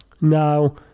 Now